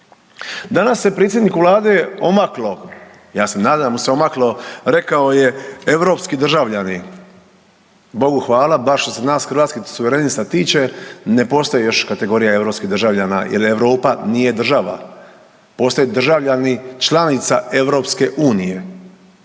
Danas se predsjedniku Vlade omaklo, ja se nadam da mu se omaklo, rekao je europski državljani, Bogu hvala bar što se nas Hrvatskih suverenista tiče ne postoji još kategorija europskih državljana jel Europa nije država. Postoje državljani članica EU, dakle